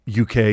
UK